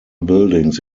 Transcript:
buildings